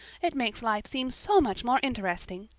it makes life seem so much more interesting.